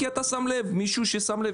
כי אתה שם לב, מישהו שם לב